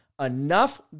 enough